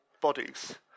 bodies